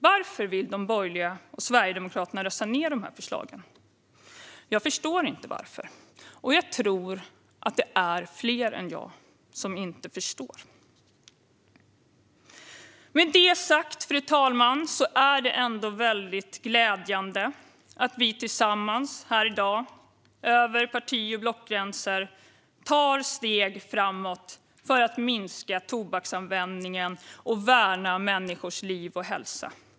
Varför vill de borgerliga och Sverigedemokraterna rösta ned dessa förslag? Jag förstår inte varför, och jag tror att det är fler än jag som inte förstår. Fru talman! Det är dock ändå mycket glädjande med de steg framåt som vi partier tar i dag, över blockgränsen, för att minska tobaksanvändningen och värna människors liv och hälsa.